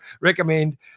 recommend